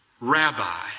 rabbi